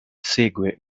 segue